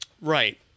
Right